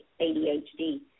ADHD